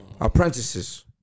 Apprentices